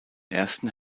ersten